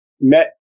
met